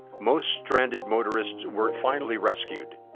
most stranded motorists were finally rescued,